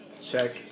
Check